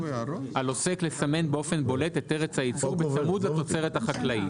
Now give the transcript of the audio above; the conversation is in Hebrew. על עוסק לסמן באופן בולט את ארץ הייצור בצמוד לתוצרת החקלאית.